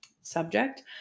subject